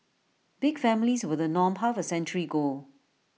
big families were the norm half A century ago